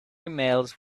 emails